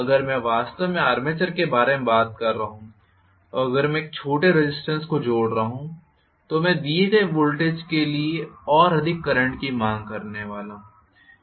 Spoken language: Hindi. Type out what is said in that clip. अगर मैं वास्तव में आर्मेचर के बारे में बात कर रहा हूं और अगर मैं एक छोटे रेज़िस्टेन्स को जोड़ रहा हूं तो मैं दिए गए वोल्टेज के लिए और अधिक करंट की मांग करने जा रहा हूं